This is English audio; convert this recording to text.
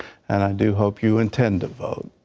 and i do hope you intend to vote.